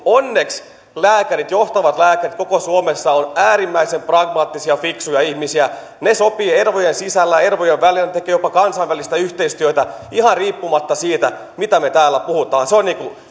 onneksi johtavat lääkärit koko suomessa ovat äärimmäisen pragmaattisia ja fiksuja ihmisiä he sopivat ervojen sisällä ja ervojen välillä tekevät jopa kansainvälistä yhteistyötä ihan riippumatta siitä mitä me täällä puhumme se on